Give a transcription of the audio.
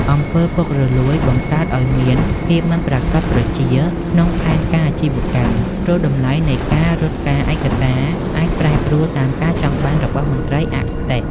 អំពើពុករលួយ បង្កើតឱ្យមាន "ភាពមិនប្រាកដប្រជា" ក្នុងផែនការអាជីវកម្ម ព្រោះតម្លៃនៃការរត់ការឯកសារអាចប្រែប្រួលតាមការចង់បានរបស់មន្ត្រីអគតិ។